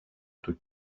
του